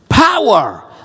Power